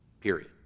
Period